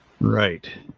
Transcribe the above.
Right